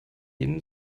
jeden